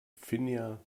finja